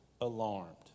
alarmed